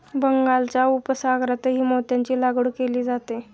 बंगालच्या उपसागरातही मोत्यांची लागवड केली जाते